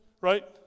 Right